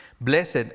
Blessed